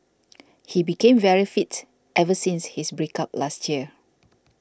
he became very fit ever since his break up last year